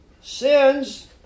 sins